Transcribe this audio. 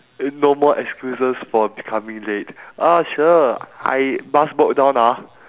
no more excuses for coming late ah cher I bus broke down ah